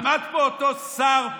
עבד פה אותו שר חצוף,